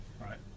Right